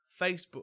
Facebook